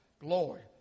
Glory